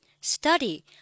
Study